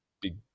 big